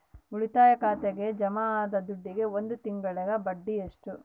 ಉಳಿತಾಯ ಖಾತೆಗೆ ಜಮಾ ಆದ ದುಡ್ಡಿಗೆ ಒಂದು ತಿಂಗಳ ಬಡ್ಡಿ ಎಷ್ಟು?